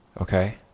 Okay